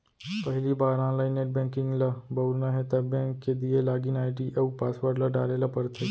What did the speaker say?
पहिली बार online net banking ल बउरना हे त बेंक के दिये लॉगिन आईडी अउ पासवर्ड ल डारे ल परथे